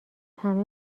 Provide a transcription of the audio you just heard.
همه